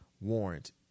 warrant